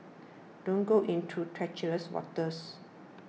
don't go into treacherous waters